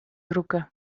brûke